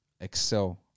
excel